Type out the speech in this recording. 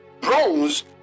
bronze